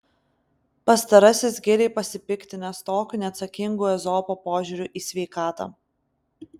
pastarasis giliai pasipiktinęs tokiu neatsakingu ezopo požiūriu į sveikatą